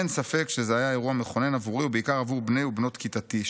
אין ספק שזה היה אירוע מכונן עבורי ובעיקר עבור בני ובנות כיתתי,